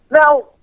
Now